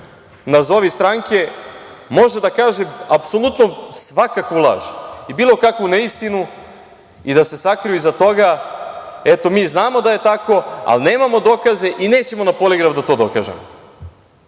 nazovi, stranke može da kaže apsolutno svakakvu laž i bilo kakvu neistinu i da se sakriju iza toga – eto, mi znamo da je tako, ali nemamo dokaze i nećemo na poligraf da to dokažemo. Neka